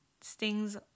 stings